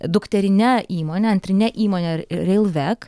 dukterine įmone antrine įmone reilvek